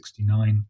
1969